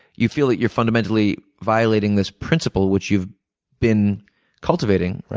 you feel that you're fundamentally violating this principle which you've been cultivating.